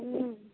हूँ